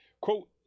Quote